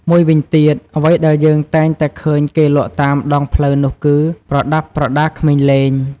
មួយវិញទៀត អ្វីដែលយើងតែងតែឃើញគេលក់តាមដងផ្លូវនោះគឺ ប្រដាប់ប្រដាក្មេងលេង។